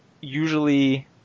usually